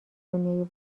دنیای